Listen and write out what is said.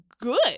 good